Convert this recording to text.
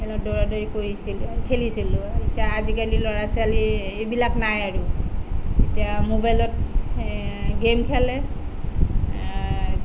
খেলত দৌৰা দৌৰি কৰিছিলোঁ খেলিছিলোঁ এতিয়া আজিকালি ল'ৰা ছোৱালীৰ এইবিলাক নাই আৰু এতিয়া ম'বাইলত গেম খেলে